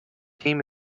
team